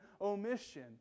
omission